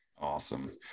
Awesome